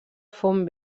font